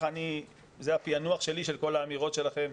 זה הפענוח שלי של כל האמירות שלכם.